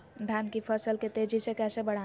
धान की फसल के तेजी से कैसे बढ़ाएं?